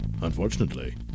unfortunately